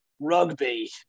rugby